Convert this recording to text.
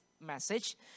message